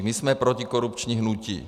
My jsme protikorupční hnutí.